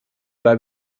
bei